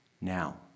now